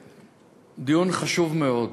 דיון חשוב מאוד,